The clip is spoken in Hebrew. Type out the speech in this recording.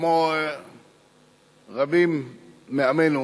כמו רבים מעמנו,